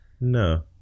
no